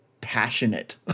passionate